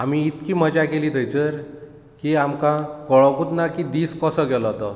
आमी इतकी मजा केली थंयसर की आमकां कोळोकूत ना की दीस कोसो गेलो तो